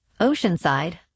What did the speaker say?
Oceanside